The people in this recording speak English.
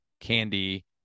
Candy